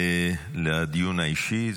-- לדיון האישי.